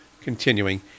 continuing